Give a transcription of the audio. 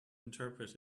interpret